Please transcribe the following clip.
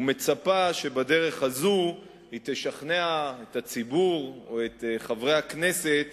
ומצפה שבדרך הזאת היא תשכנע את הציבור או את חברי הכנסת